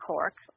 Cork